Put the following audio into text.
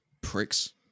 Pricks